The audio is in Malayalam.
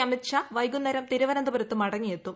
അമിത് ഷാ വൈകുന്നേരം തിരുവനന്തപുരത്ത് മടങ്ങിയെത്തും